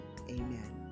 amen